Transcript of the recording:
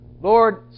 Lord